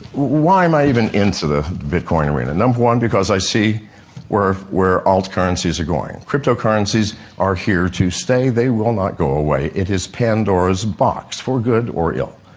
why am i even into the bitcoin arena? number one, because i see where where alt currencies are going. cryptocurrencies are here to stay, they will not go away, it is pandora's box, for good or ill.